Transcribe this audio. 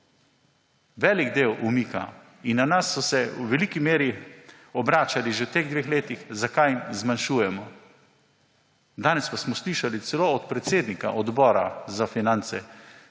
velik del umika. Na nas so se v veliki meri obračali že v teh dveh letih, zakaj zmanjšujemo. Danes pa smo slišali celo od predsednika Odbora za finance,